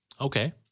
Okay